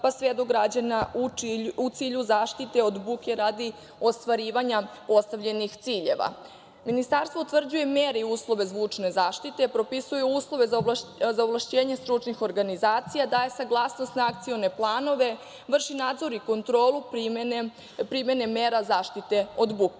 pa sve do građana u cilju zaštite od buke radi ostvarivanja postavljenih ciljeva. Ministarstvo utvrđuje mere i uslove zvučne zaštite, propisuje uslove za ovlašćenje stručnih organizacija, daje saglasnost na akcione planove, vrši nadzor i kontrolu primene mera zaštite od